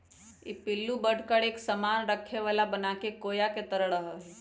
ई पिल्लू बढ़कर एक सामान रखे वाला बनाके कोया के तरह रहा हई